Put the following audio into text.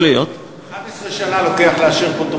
11 שנה לוקח לאשר פה תוכניות.